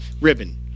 ribbon